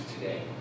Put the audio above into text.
today